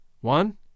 one